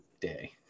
day